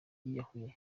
yiyahuye